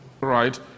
Right